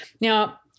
Now